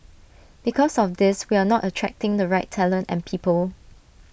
because of this we are not attracting the right talent and people